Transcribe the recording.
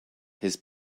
his